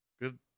good